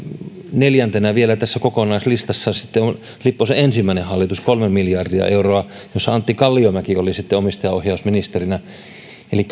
neljäntenä vielä tässä kokonaislistassa on lipposen ensimmäinen hallitus kolme miljardia euroa jossa antti kalliomäki oli omistajaohjausministerinä eli